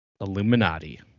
Illuminati